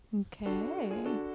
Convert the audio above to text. Okay